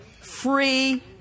free